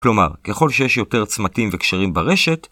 כלומר, ככל שיש יותר צמתים וקשרים ברשת